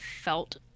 felt